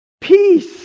Peace